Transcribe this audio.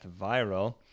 Viral